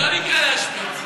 זה לא נקרא להשמיץ.